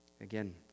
again